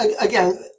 again